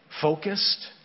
focused